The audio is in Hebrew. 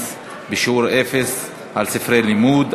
מס בשיעור אפס על ספרי לימוד),